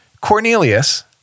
Cornelius